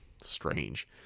Strange